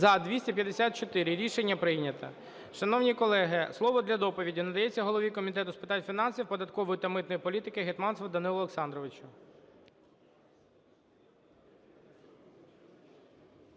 За-254 Рішення прийнято. Шановні колеги, слово для доповіді надається голові Комітету з питань фінансів, податкової та митної політики Гетманцеву Данилу Олександровичу.